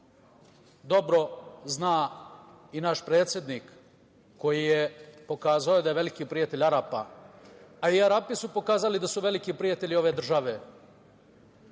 dobro zna i naš predsednik, koji je pokazao da je veliki prijatelj Arapa, a i Arapi su pokazali da su veliki prijatelji ove